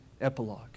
epilogue